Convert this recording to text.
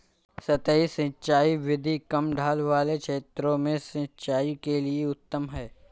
सतही सिंचाई विधि कम ढाल वाले क्षेत्रों में सिंचाई के लिए उत्तम है